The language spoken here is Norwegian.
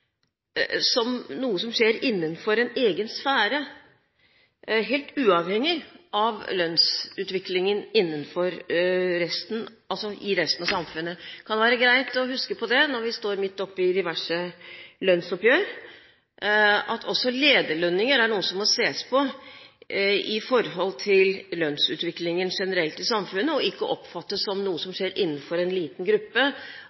som noe som skjer innenfor en egen sfære, helt uavhengig av lønnsutviklingen i resten av samfunnet. Når vi står midt oppe i diverse lønnsoppgjør, kan det være greit å huske på at også lederlønninger er noe som må ses på i forhold til lønnsutviklingen generelt i samfunnet. Det må ikke oppfattes som noe som skjer innenfor en liten gruppe